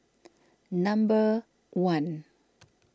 number one